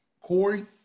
Corey